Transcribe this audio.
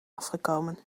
afgekomen